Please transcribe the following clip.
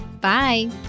Bye